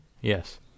Yes